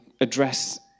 address